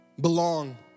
Belong